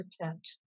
repent